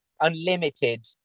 unlimited